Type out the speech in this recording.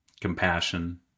compassion